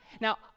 Now